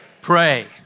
Pray